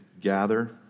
gather